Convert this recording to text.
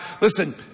Listen